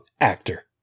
actor